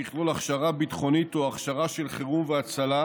שיכלול הכשרה ביטחונית או הכשרה של חירום והצלה,